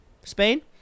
Spain